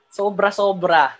sobra-sobra